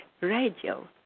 Radio